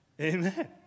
Amen